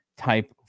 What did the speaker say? type